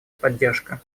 поддержка